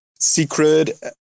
Secret